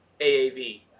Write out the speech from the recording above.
AAV